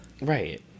Right